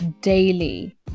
daily